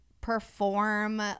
perform